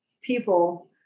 people